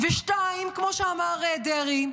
2. כמו שאמר דרעי,